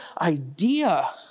idea